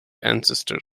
ancestor